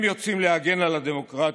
הם יוצאים להגן על הדמוקרטיה.